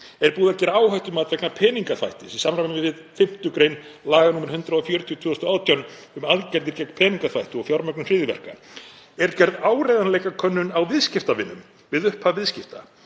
Er búið að gera áhættumat vegna peningaþvættis í samræmi við 5. gr. laga nr. 140/2018, um aðgerðir gegn peningaþvætti og fjármögnun hryðjuverka? Er gerð áreiðanleikakönnun á viðskiptavinum við upphaf viðskipta?